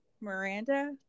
Miranda